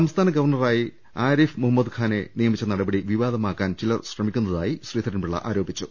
സംസ്ഥാന ഗവർണറായി ആരിഫി മുഹമ്മദ് ഖാനെ നിയമിച്ച നടപടി വിവാ ദമാക്കാൻ ചിലർ ശ്രമിക്കുന്നതായി ശ്രീധ്രൻപിള്ള ആരോപിച്ചു